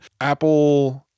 Apple